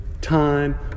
time